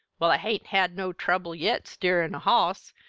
well, i hain't had no trouble yet steerin' a hoss,